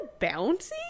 bouncy